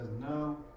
no